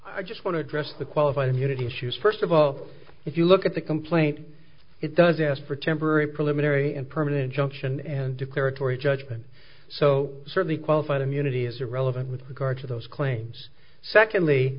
i just want to address the qualified immunity issues first of all if you look at the complaint it does ask for temporary preliminary and permanent injunction and declaratory judgment so certainly qualified immunity is irrelevant with regard to those claims secondly